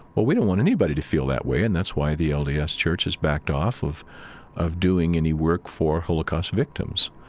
well, we don't want anybody to feel that way, and that's why the ah lds church has backed off of of doing any work for holocaust victims.